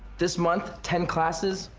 this month, ten classes,